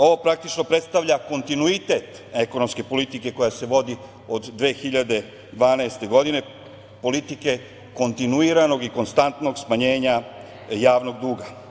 Ovo praktično predstavlja kontinuitet ekonomske politike koja se vodi od 2012. godine, politike kontinuiranog i konstantnog smanjenja javnog duga.